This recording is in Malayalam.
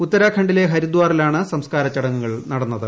ഉത്തരാഖണ്ഡിലെ ഹരിദാറിലാണ് സംസ്കാര ചടങ്ങുകൾ നടന്നത്